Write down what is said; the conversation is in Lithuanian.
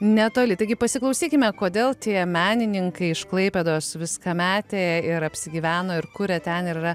netoli taigi pasiklausykime kodėl tie menininkai iš klaipėdos viską metė ir apsigyveno ir kuria ten yra